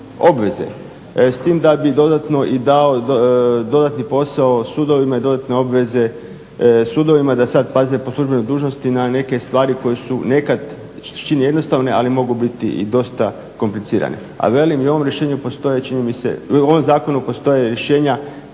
obveze s tim da bi dodatno i dao dodatni posao sudovima i dodatne obveze sudovima da sad pazite po službenim dužnostima na neke stvari koje su nekad se čine jednostavne ali mogu biti i dosta komplicirane. A velim i u ovom rješenju postoje čini